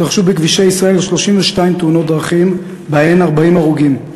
התרחשו בכבישי ישראל 32 תאונות דרכים ובהן 40 הרוגים.